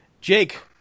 Jake